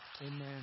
Amen